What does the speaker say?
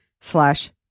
slash